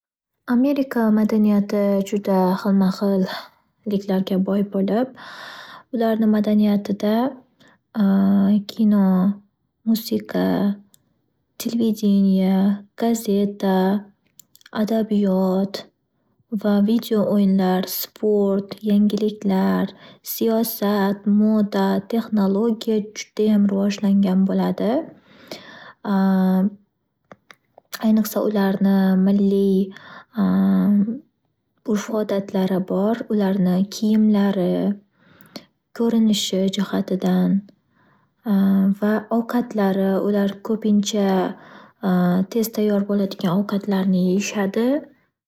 Amerika madaniyati juda xilma-xilliklarga boy bo’lib, ularni madaniyatida kino, musiqa, telvediniya, gazeta, adabiyot va video o'yinlar sport yangiliklar siyosat, moda, texnologiya judayam rivojlangan bo’ladi. Ayniqsa ularning milliy urf-odatlari bor. Ularni kiyimlari, korinishi jihatidan va ovqatlari, ular ko’pincha tez tayor bo'ladigan ovqatlarni yeyishadi.